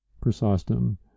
Chrysostom